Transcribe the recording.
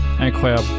Incroyable